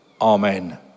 Amen